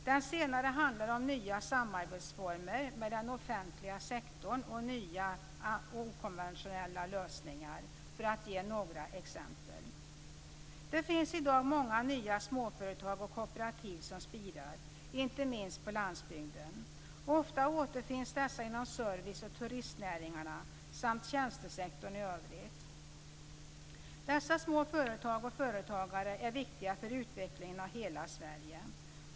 Den senare handlar om nya samarbetsformer med den offentliga sektorn och nya okonventionella lösningar, för att ge några exempel. Det finns i dag många nya småföretag och kooperativ som spirar, inte minst på landsbygden. Ofta återfinns dessa inom service och turistnäringarna samt i tjänstesektorn i övrigt. Dessa små företag och företagare är viktiga för utvecklingen av hela Sverige.